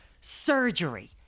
surgery